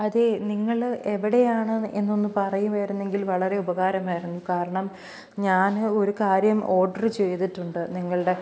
അതേ നിങ്ങള് എവിടെയാണ് എന്നൊന്ന് പറയുവായിരുന്നെങ്കിൽ വളരെ ഉപകാരമായിരുന്നു കാരണം ഞാന് ഒരു കാര്യം ഓഡര് ചെയ്തിട്ടുണ്ട് നിങ്ങളുടെ